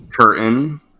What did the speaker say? curtain